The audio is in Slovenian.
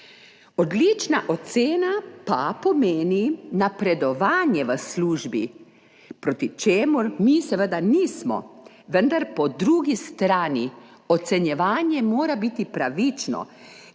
Odlična ocena pa pomeni napredovanje v službi, proti čemur mi seveda nismo, vendar mora biti po drugi strani ocenjevanje pravično.